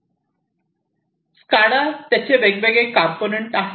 SCADA त्याचे वेगवेगळे component आहेत